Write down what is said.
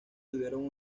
tuvieron